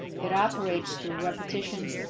it operates through repetition